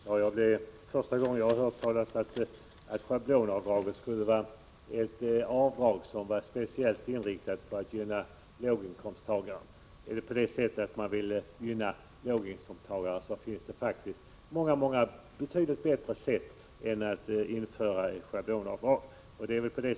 Fru talman! Det är första gången jag hört att schablonavdraget skulle vara speciellt inriktat på att gynna låginkomsttagare. Vill man gynna låginkomsttagare finns det faktiskt många betydligt bättre sätt än att införa schablonavdrag.